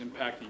impacting